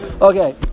Okay